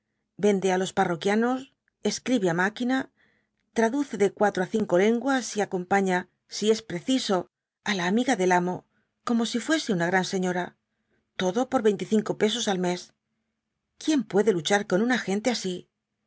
vende á los parroquianos escribe á máquina traduce de cuatro á cinco lenguas y acompaña si es preciso á la amiga del amo como si fuese una gran señora todo por veinticinco pesos al mes quién puede luchar con una gente así